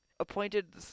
appointed